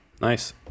nice